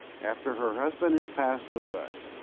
after her husband is passed away,